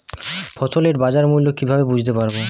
ফসলের বাজার মূল্য কিভাবে বুঝতে পারব?